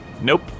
Nope